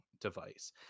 device